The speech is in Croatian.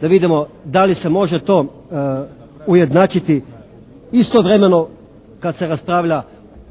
da vidimo da li se može to ujednačiti istovremeno kad se raspravlja o